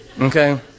Okay